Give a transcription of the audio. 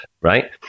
right